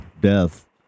death